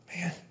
Man